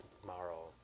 tomorrow